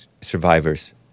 survivors